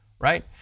right